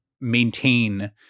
maintain